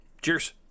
Cheers